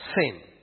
sin